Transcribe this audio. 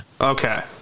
Okay